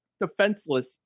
defenseless